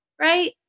right